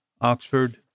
Oxford